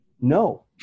No